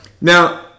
Now